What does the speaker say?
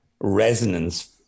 resonance